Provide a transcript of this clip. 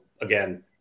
again